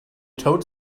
toad